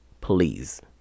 please